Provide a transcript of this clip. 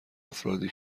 افرادی